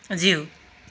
ज्यू